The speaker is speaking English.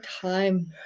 time